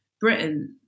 Britain